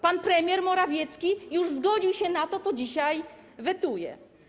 Pan premier Morawiecki już zgodził się na to, co dzisiaj wetuje.